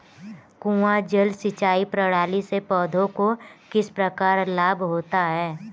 कुआँ जल सिंचाई प्रणाली से पौधों को किस प्रकार लाभ होता है?